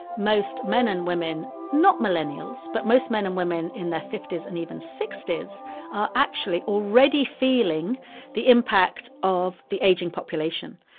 most men and women not millennials, but most men and women in their fifty s and even sixty s actually already feeling the impact of the aging population.